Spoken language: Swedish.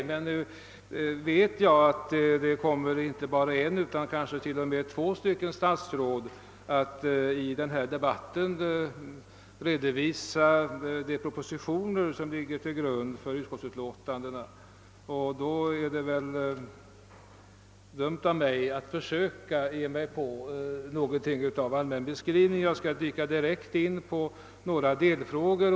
Nu vet jag emellertid att i denna debatt kommer inte bara ett utan kanske två statsråd att redovisa de propositioner som ligger till grund för utskottsutlåtandena, "och därför vore det väl dumt av mig att försöka ge mig på någonting av en allmän beskrivning. Jag skall dyka direkt in på några delfrågor.